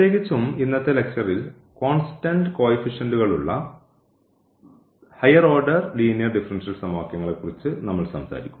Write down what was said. പ്രത്യേകിച്ചും ഇന്നത്തെ ലക്ച്ചറിൽ കോൺസ്റ്റൻറ് കോയിഫിഷൻറ്കളുള്ള ഹയർ ഓർഡർ ലീനിയർ ഡിഫറൻഷ്യൽ സമവാക്യങ്ങളെക്കുറിച്ച് നമ്മൾ സംസാരിക്കും